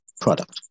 product